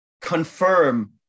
confirm